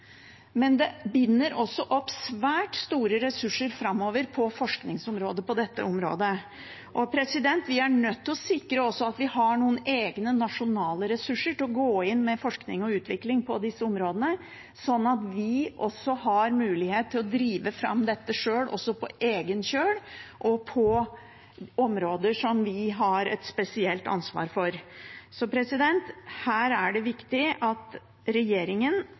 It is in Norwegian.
men det binder også opp svært store ressurser framover på dette forskningsområdet. Vi er også nødt til å sikre at vi har noen egne nasjonale ressurser å gå inn med i forskning og utvikling på disse områdene, sånn at vi har mulighet til å drive fram dette også på egen kjøl og på områder som vi har et spesielt ansvar for. Så her er det viktig at regjeringen